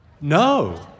No